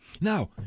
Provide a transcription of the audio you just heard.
now